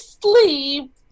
sleep